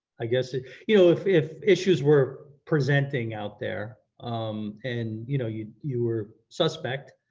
i guess ah you know if if issues were presenting out there um and you know you you were suspect,